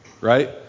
right